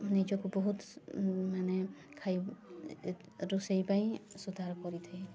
ନିଜକୁ ବହୁତ ଶୁ ମାନେ ଖାଇ ରୋଷେଇ ପାଇଁ ସୁଧାର କରିଥାଏ